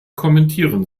kommentieren